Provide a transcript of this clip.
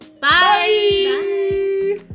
Bye